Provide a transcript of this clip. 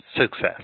success